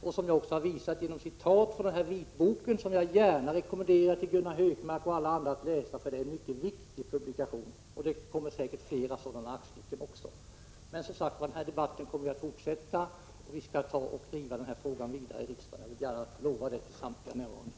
Det har jag också visat genom citat ur den vitbok som jag rekommenderar Gunnar Hökmark och andra att läsa. Det är en mycket viktig publikation. Det kommer säkert fler sådana aktstycken. Den här debatten kommer som sagt att fortsätta, och vi skall driva dessa frågor vidare här i riksdagen. Det kan jag lova samtliga närvarande.